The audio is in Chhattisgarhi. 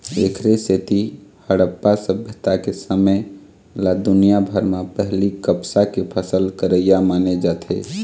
एखरे सेती हड़प्पा सभ्यता के समे ल दुनिया भर म पहिली कपसा के फसल करइया माने जाथे